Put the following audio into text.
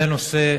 זה נושא,